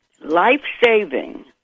life-saving